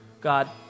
God